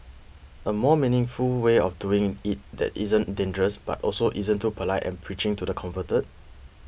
a more meaningful way of doing it that isn't dangerous but also isn't too polite and preaching to the converted